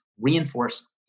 reinforce